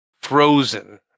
Frozen